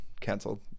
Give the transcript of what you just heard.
Canceled